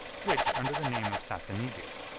which, under the name of sassanides,